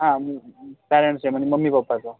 हा पेरेंट्सचे म्हणजे मम्मी पप्पाचं